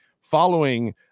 Following